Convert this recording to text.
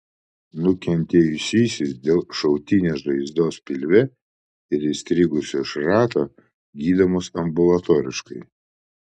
nukentėjusysis dėl šautinės žaizdos pilve ir įstrigusio šrato gydomas ambulatoriškai